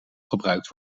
gebruikt